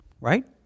right